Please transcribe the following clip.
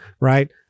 right